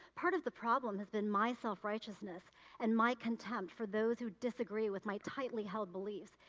part of the problem has been myself righteousness and my contempt for those who disagree with my tightly held beliefs,